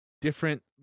Different